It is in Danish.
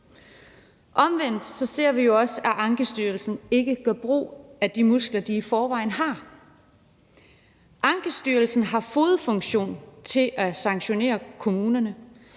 Omvendt ser vi også, at Ankestyrelsen ikke gør brug af de muskler, de i forvejen har. Ankestyrelsen har fogedfunktion til at sanktionere kommunerne,